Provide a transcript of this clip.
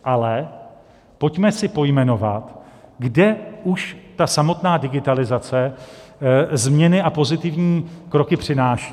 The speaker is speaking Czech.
Ale pojďme si pojmenovat, kde už ta samotná digitalizace změny a pozitivní kroky přináší.